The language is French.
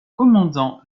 commandant